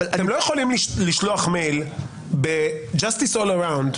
אתם לא יכולים לשלוח מייל ב-Justice all around,